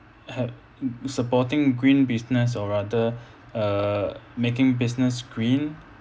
ha~ supporting green business or rather uh making business green